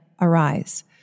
arise